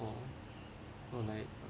or or like